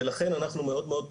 ולכן אנחנו מאוד,